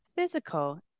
physical